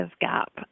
gap